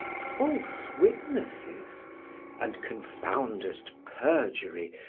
false witnesses and confoundest perjury,